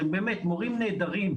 שהם באמת מורים נהדרים,